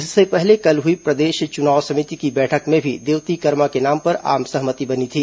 इसके पहले कल हुई प्रदेश चुनाव समिति की बैठक में भी देवती कर्मा के नाम पर आम सहमति बनी थी